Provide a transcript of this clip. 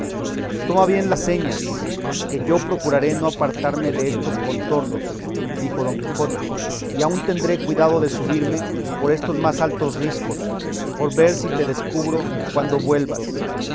toma bien las señas que yo procuraré no apartarme destos contornos dijo don quijote y aun tendré cuidado de subirme por estos más altos riscos por ver si te descubro cuando vuelvas